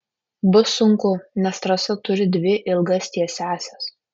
bus sunku nes trasa turi dvi ilgas tiesiąsias